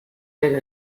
pero